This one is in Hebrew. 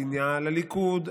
השנאה לליכוד,